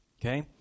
Okay